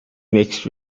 mixed